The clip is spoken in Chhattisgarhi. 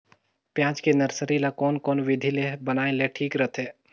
पियाज के नर्सरी ला कोन कोन विधि ले बनाय ले ठीक रथे?